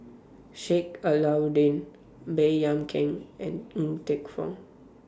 Sheik Alau'ddin Baey Yam Keng and Ng Teng Fong